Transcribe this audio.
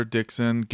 Dixon